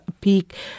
peak